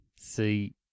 See